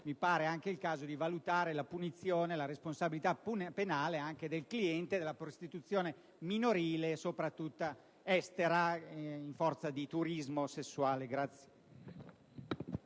mi pare il caso di valutare la punizione e la responsabilità penale anche del cliente della prostituzione minorile, soprattutto estera, in forza di turismo sessuale.